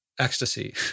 ecstasy